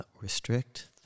restrict